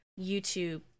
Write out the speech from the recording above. YouTube